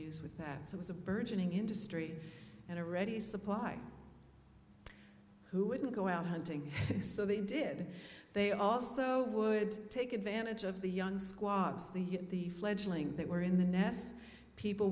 use with pads it was a burgeoning industry and a ready supply who wouldn't go out hunting so they did they also would take advantage of the young squad as they hit the fledgling they were in the nest people